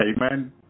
Amen